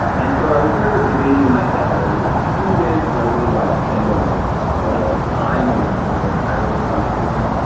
and so i was sort of debating in my head, do i really want to do this? do i really want to extend out my length of time in in the higher education system?